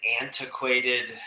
antiquated